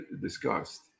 discussed